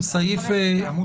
עמ'